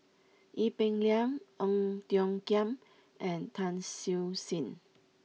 Ee Peng Liang Ong Tiong Khiam and Tan Siew Sin